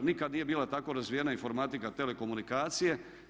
Nikad nije bila tako razvijena informatika, telekomunikacije.